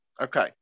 Okay